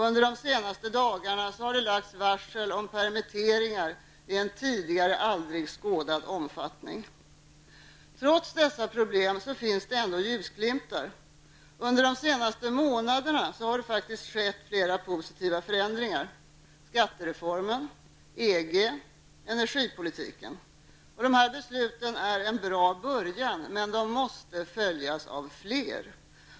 Under de senaste dagarna har det lagts varsel om permitteringar i en tidigare aldrig skådad omfattning. Trots dessa problem finns det ändå ljusglimtar. Under de senaste månaderna har det skett flera positiva förändringar: skattereformen, EG, energipolitiken. Dessa är en bra början, men de måste följas av fler.